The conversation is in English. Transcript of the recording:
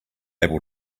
able